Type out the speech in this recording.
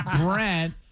Brent